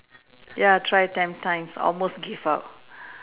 ya try ten times almost give up